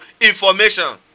information